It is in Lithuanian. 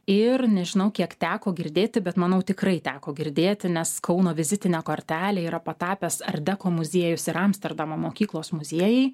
ir nežinau kiek teko girdėti bet manau tikrai teko girdėti nes kauno vizitine kortele yra patapęs ardeko muziejus ir amsterdamo mokyklos muziejai